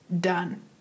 Done